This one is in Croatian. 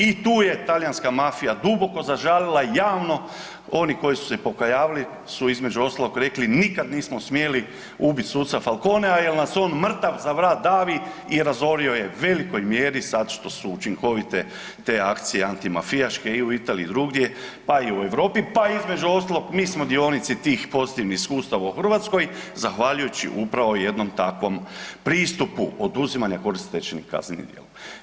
I tu je talijanska mafija duboko zažalila javno oni koji su se pokajavali su između ostalog rekli nikad nismo smjeli ubit suca Falconea jer nas on mrtav za vrat davi i razorio je velikoj mjeri sad što su učinkovite te akcije antimafijaške i u Italiji i drugdje, pa i u Europi, pa između ostalog mi smo dionici tih pozitivnih sustava u Hrvatskoj zahvaljujući upravo jednom takvom pristupu oduzimanja koristi stečenih kaznenim djelom.